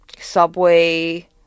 subway